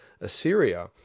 Assyria